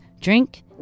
Drink